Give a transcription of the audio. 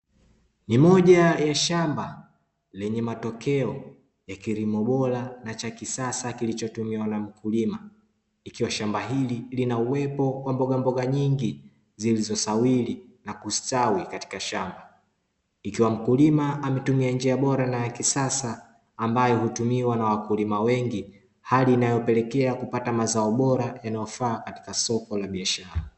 Ni moja ya shamba lenye matokeo, ni kilimo bora na cha kisasa kilichotumiwa na mkulima, ikiwa shamba hili lina uwepo wa mbogamboga nyingi zilizosawili na kustawi katika shamba, ikiwa mkulima ametumia njia bora na ya kisasa ambayo hutumiwa na wakulima wengi hali inayopelekea kupata mazao bora yanayofaa katiakasoko la biashara.